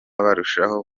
barushaho